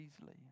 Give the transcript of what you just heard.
easily